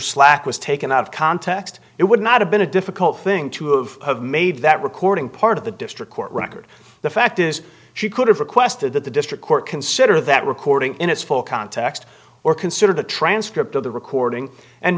slack was taken out of context it would not have been a difficult thing to of have made that recording part of the district court record the fact is she could have requested that the district court consider that recording in its full context or consider the transcript of the recording and